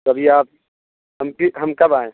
جی اب یہ آپ ہم ہم کب آئیں